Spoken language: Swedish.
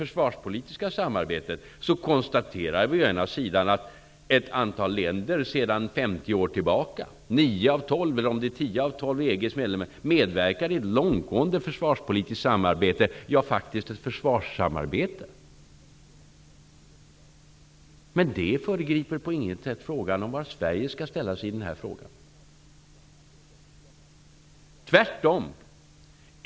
Däremot konstaterar vi när det gäller det försvarspolitiska samarbetet att ett antal länder -- nio eller om det är tio av EG:s tolv medlemmar -- sedan 50 år tillbaka medverkar i ett långtgående försvarspolitiskt samarbete, ja faktiskt ett försvarssamarbete. Men det föregriper på inget sätt frågan om var Sverige skall ställa sig i detta avseende, tvärtom.